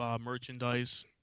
merchandise